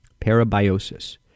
parabiosis